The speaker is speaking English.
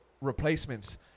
replacements